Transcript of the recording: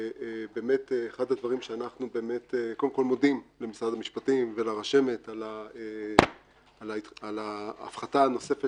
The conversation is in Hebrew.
אנחנו מודים למשרד המשפטים ולרשמת על ההפחתה הנוספת